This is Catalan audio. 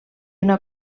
una